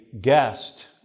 guest